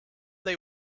they